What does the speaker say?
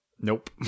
Nope